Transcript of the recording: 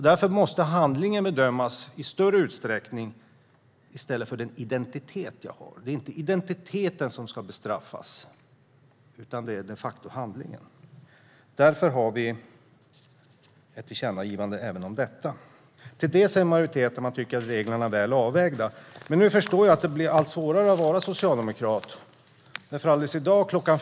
Därför måste handlingen bedömas i större utsträckning, i stället för den identitet jag har. Det är inte identiteten som ska bestraffas, utan den handling som de facto utförts. Vi har ett tillkännagivande även om detta. Angående det säger majoriteten att man tycker att reglerna är väl avvägda. Men nu förstår jag att det blir allt svårare att vara socialdemokrat. I dag kl.